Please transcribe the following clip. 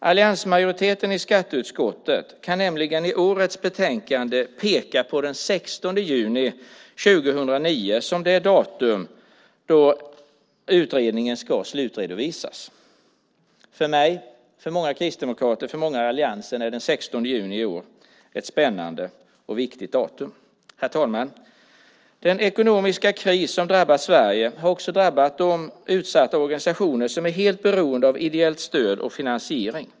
Alliansmajoriteten i skatteutskottet kan nämligen i årets betänkande peka på den 16 juni 2009 som det datum då utredningen ska slutredovisas. För mig, för många kristdemokrater och för många i alliansen är den 16 juni i år ett spännande och viktigt datum. Herr talman! Den ekonomiska kris som drabbat Sverige har också drabbat de utsatta organisationer som är helt beroende av ideellt stöd och finansiering.